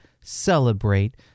celebrate